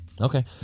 Okay